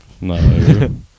No